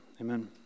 amen